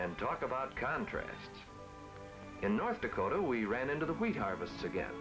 and talk about contrast in north dakota we ran into the wee harvest again